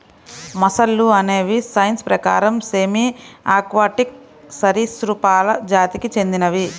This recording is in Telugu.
మొసళ్ళు అనేవి సైన్స్ ప్రకారం సెమీ ఆక్వాటిక్ సరీసృపాలు జాతికి చెందినవి